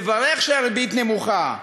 מברך שהריבית נמוכה,